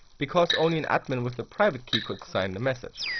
because only an admin with the private key could sign the message.